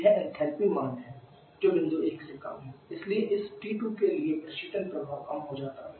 यह एंथैल्पी मान है जो बिंदु 1 से कम है इसलिए इस T2 के लिए प्रशीतन प्रभाव कम हो जाता है